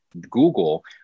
Google